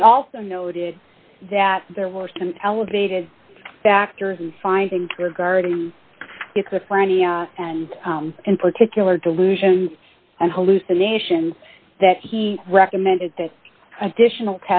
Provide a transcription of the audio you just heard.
he also noted that there were some elevated factors and findings regarding and in particular delusions and hallucinations that he recommended that additional